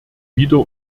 wieder